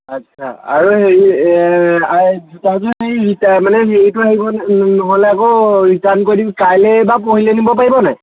আচ্ছা আৰু হেৰি আৰু জোতাযোৰ হেৰি মানে হেৰিটো আহিব নহ'লে আকৌ ৰিটাৰ্ণ কৰি দিম কাইলৈ বা পৰহিলৈ নিব পাৰিব নাই